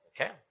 Okay